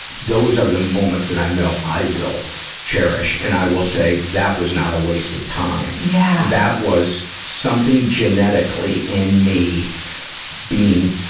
those are moments that i know i will cherish. and i will say that was not a waste of time. yeah that was something genetically in me being,